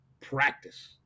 practice